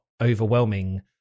overwhelming